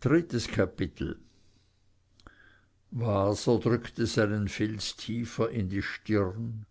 drittes kapitel waser drückte seinen filz tiefer in die stirn